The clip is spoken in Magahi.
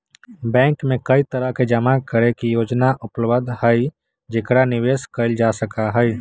बैंक में कई तरह के जमा करे के योजना उपलब्ध हई जेकरा निवेश कइल जा सका हई